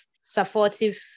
supportive